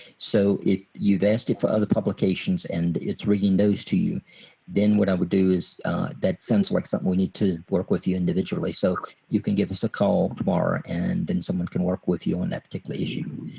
so if you've asked it for other publications and it's reading those to you then what i would do is that sounds like something we need to work with you individually so you can give us a call tomorrow and then someone can work with you on that particular issue.